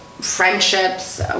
friendships